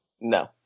No